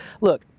look